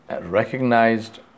recognized